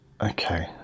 okay